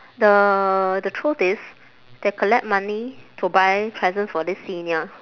the the truth is they collect money to buy presents for this senior